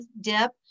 dip